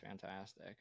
fantastic